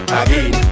again